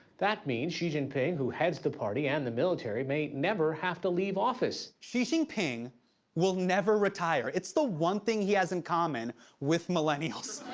that means xi jinping who heads the party and the military may never have to leave office. xi jinping will never retire. it's the one thing he has in common with millennials.